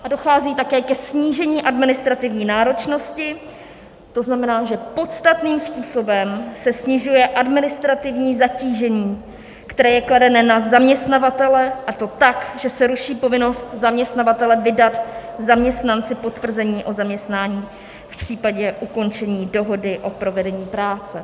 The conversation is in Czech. A dochází také ke snížení administrativní náročnosti, to znamená, že se podstatným způsobem snižuje administrativní zatížení, které je kladené na zaměstnavatele, a to tak, že se ruší povinnost zaměstnavatele vydat zaměstnanci potvrzení o zaměstnání v případě ukončení dohody o provedení práce.